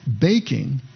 baking